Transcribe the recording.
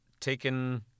taken